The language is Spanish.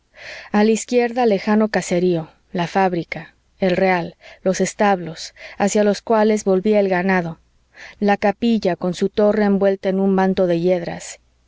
a la izquierda lejano caserío la fábrica el real los establos hacia los cuales volvía el ganado la capilla con su torre envuelta en un manto de hiedras